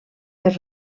per